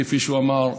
כפי שהוא אמר,